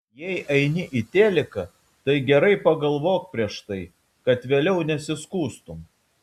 jei eini į teliką tai gerai pagalvok prieš tai kad vėliau nesiskųstum